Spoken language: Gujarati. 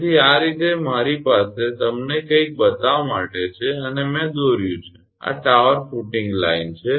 તેથી આ રીતે મારી પાસે તમને કંઈક બતાવવા માટે છે અને મેં દોર્યું છે આ ટાવર ફુટીંગ લાઇન છે